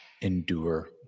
Endure